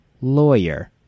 lawyer